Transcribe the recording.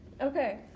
okay